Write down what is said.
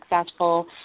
successful